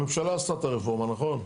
הממשלה עשתה את הרפורמה, נכון?